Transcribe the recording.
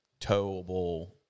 towable